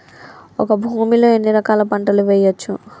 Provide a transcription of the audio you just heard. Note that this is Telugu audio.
ఒక భూమి లో ఎన్ని రకాల పంటలు వేయచ్చు?